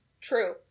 True